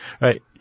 Right